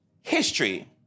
history